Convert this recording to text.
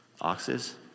oxes